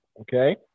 Okay